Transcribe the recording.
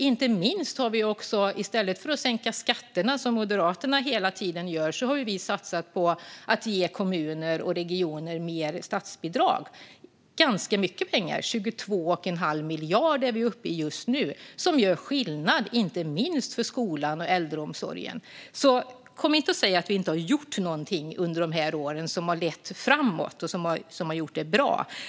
Inte minst har vi i stället för att sänka skatterna, som Moderaterna hela tiden gör, satsat på att ge kommuner och regioner mer i statsbidrag. Det är ganska mycket pengar. Vi är uppe i 22 1⁄2 miljard kronor just nu som gör skillnad inte minst för skolan och äldreomsorgen. Kom därför inte och säg att vi inte har gjort någonting under dessa år som har lett framåt och som har gjort det bra.